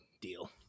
deal